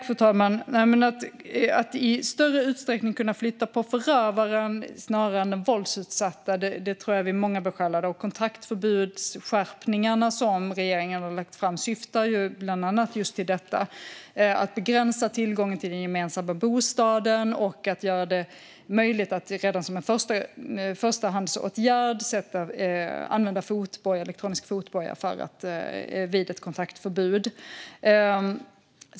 Fru talman! Att i större utsträckning kunna flytta på förövaren snarare än den våldsutsatta tror jag att vi är många som är besjälade av. De kontaktförbudsskärpningar som regeringen har lagt fram syftar bland annat till att begränsa tillgången till den gemensamma bostaden och att göra det möjligt att redan som en förstahandsåtgärd använda elektronisk fotboja vid ett kontaktförbud.